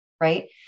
right